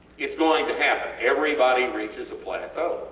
its going to happen, everybody reaches a plateau